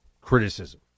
criticism